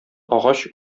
агач